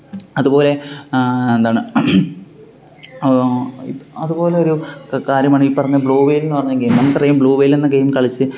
അതുപോലെ എന്താണ് അതുപോലൊരു കാര്യമാണ് ഈ ഈ പറഞ്ഞ ബ്ലൂ വെയിലെന്ന് പറഞ്ഞ ഗെയിം നമുക്കറിയാം ബ്ലൂ വെയിലെന്ന ഗെയിം കളിച്ച്